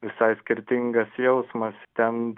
visai skirtingas jausmas ten